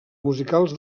musicals